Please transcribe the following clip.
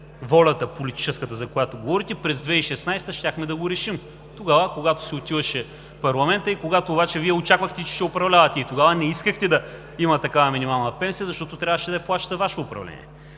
имахте политическата воля, за която говорите, през 2016 г. щяхме да го решим – когато си отиваше парламентът и когато обаче Вие очаквахте, че ще управлявате. Тогава не искахте да има такава минимална пенсия, защото трябваше да я плаща Ваше управление.